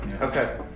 Okay